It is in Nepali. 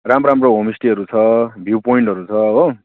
राम्रो राम्रो होमस्टेहरू छ भ्यु पोइन्टहरू छ हो